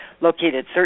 Located